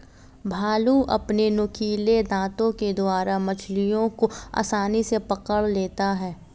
भालू अपने नुकीले दातों के द्वारा मछलियों को आसानी से पकड़ लेता है